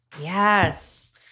Yes